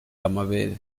amabere